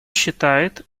считает